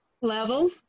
level